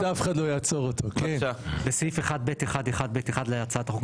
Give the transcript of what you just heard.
בסעיף 1(ב1)(1)(ב)(1) להצעת החוק,